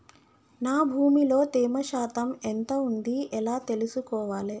నా భూమి లో తేమ శాతం ఎంత ఉంది ఎలా తెలుసుకోవాలే?